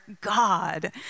God